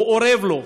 הוא אורב לו,